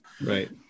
Right